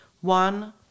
One